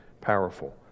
powerful